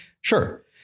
Sure